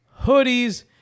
hoodies